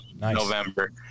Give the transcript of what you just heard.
november